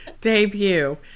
debut